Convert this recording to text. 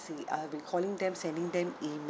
I've been calling them sending them email